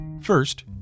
First